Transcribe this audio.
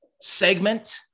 segment